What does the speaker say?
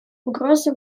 угрозу